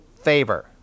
favor